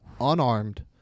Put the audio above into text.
Unarmed